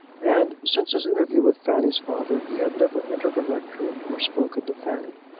and since his interview with fanny's father he had never entered the rectory, or spoken to fanny.